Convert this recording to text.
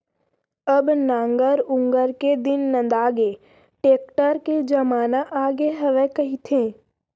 अब नांगर ऊंगर के दिन नंदागे, टेक्टर के जमाना आगे हवय कहिथें